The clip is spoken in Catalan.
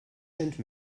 cents